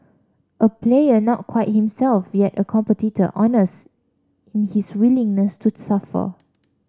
a player not quite himself yet a competitor honest in his willingness to suffer